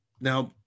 Now